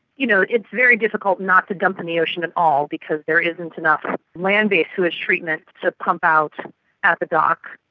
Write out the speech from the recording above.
you know it's very difficult not to dump in the ocean at all because there isn't enough ah land-based sewage treatment to pump out at the dock.